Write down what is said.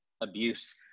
abuse